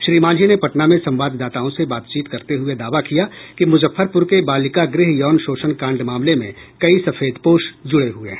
श्री मांझी ने पटना में संवाददाताओं से बातचीत करते हुये दावा किया कि मुजफ्फरपुर के बालिका गृह यौन शोषण कांड मामले में कई सफेदपोश जुड़े हुये हैं